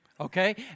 Okay